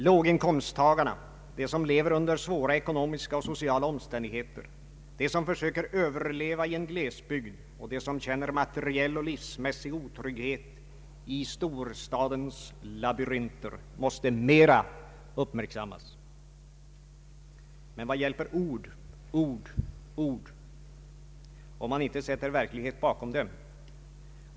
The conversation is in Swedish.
Låginkomsttagarna, de som lever under svåra ekonomiska och sociala omständigheter, de som försöker överleva i en glesbygd och de som känner materiell och livsmässig otrygghet i storstadens labyrinter, måste uppmärksammas mera. Men vad hjälper ord, ord, ord om man inte sätter verklighet bakom dem.